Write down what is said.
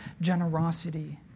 generosity